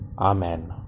Amen